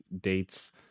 dates